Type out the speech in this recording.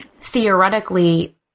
theoretically